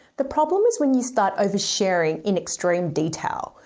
the problem is when you start oversharing in extreme detail,